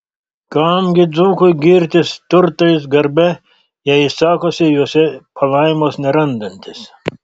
kam gi dzūkui girtis turtais garbe jei jis sakosi juose palaimos nerandantis